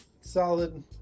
Solid